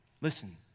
Listen